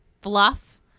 fluff